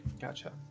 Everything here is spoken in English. Gotcha